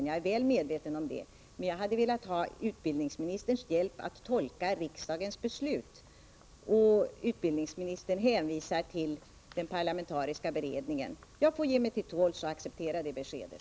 Jag är väl medveten om det, men jag har ändå velat få hjälp av statsrådet när det gäller att tolka riksdagens beslut. Statsrådet hänvisar då till den parlamentariska beredningen. Jag får väl ge mig till tåls och acceptera det beskedet.